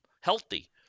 healthy